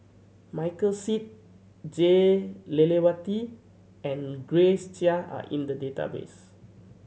Michael Seet Jah Lelawati and Grace Chia are in the database